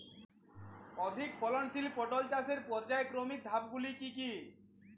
অধিক ফলনশীল পটল চাষের পর্যায়ক্রমিক ধাপগুলি কি কি?